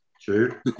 true